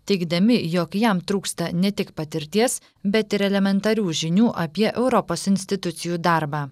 teigdami jog jam trūksta ne tik patirties bet ir elementarių žinių apie europos institucijų darbą